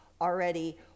already